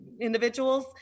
individuals